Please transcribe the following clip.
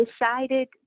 decided